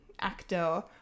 actor